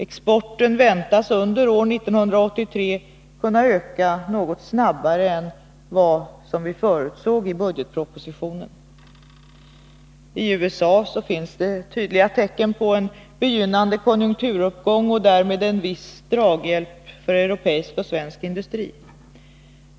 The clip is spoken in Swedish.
Exporten väntas under 1983 kunna öka något snabbare än vad vi förutsåg i budgetpropositionen. I USA finns det tydliga tecken på en begynnande konjunkturuppgång och därmed en viss draghjälp för europeisk och svensk industri.